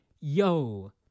yo